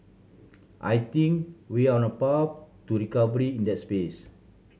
I think we on a path to recovery in that space